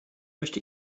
möchte